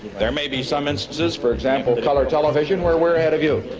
there may be some instances, for example, color television, where we're ahead of you.